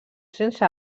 sense